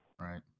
Right